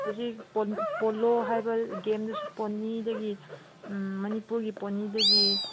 ꯍꯧꯖꯤꯛ ꯄꯣꯂꯣ ꯍꯥꯏꯕ ꯒꯦꯝꯗꯨꯁꯨ ꯄꯣꯅꯤꯗꯒꯤ ꯃꯅꯤꯄꯨꯔꯒꯤ ꯄꯣꯅꯤꯗꯒꯤ